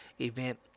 event